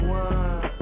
one